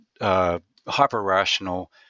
hyper-rational